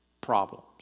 problems